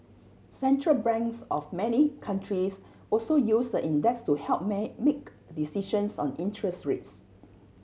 central branks of many countries also use the index to help may make decisions on interest rates